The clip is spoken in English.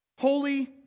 holy